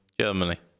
Germany